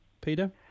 Peter